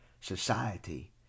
society